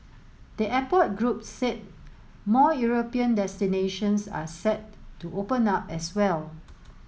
the airport group said more European destinations are set to open up as well